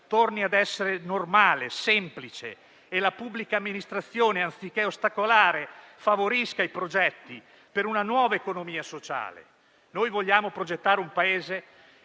torni ad essere normale e semplice e la pubblica amministrazione, anziché ostacolare, favorisca i progetti per una nuova economia sociale. Vogliamo progettare un Paese